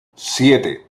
siete